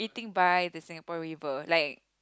by the Singapore-River like